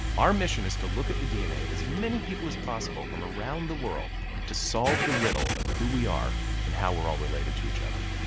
our mission is to look at the dna of as many people as possible from around the world to solve the riddle of who we are and how we are all related to each other.